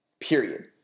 period